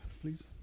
please